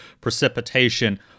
precipitation